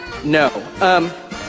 No